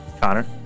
Connor